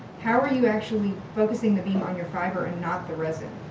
how are you actually focusing the beam on your fiber and not the resin?